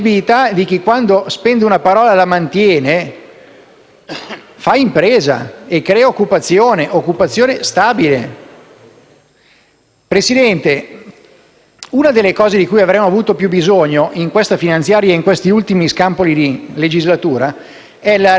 fa impresa e crea occupazione stabile. Signor Presidente, una delle cose di cui avremmo avuto più bisogno in questa legge di bilancio e in questi ultimi scampoli di legislatura è la riacquisizione di credibilità da parte di chi fa politica.